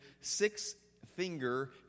six-finger